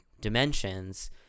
dimensions